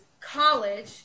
college